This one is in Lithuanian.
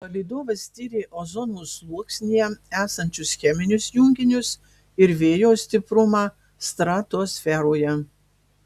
palydovas tyrė ozono sluoksnyje esančius cheminius junginius ir vėjo stiprumą stratosferoje